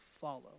follow